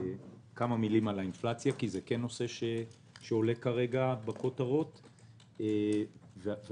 כמה מילים על האינפלציה כי זה נושא שעולה בכותרות כעת; והחלק